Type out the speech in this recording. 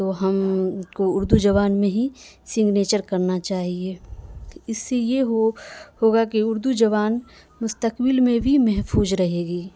تو ہم کو اردو زبان میں ہی سگنیچر کرنا چاہیے اس سے یہ ہو ہوگا کہ اردو زبان مستقبل میں بھی محفوظ رہے گی